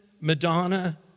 Madonna